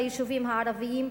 ביישובים הערביים,